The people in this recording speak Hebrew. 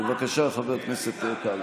בבקשה, חבר הכנסת קרעי.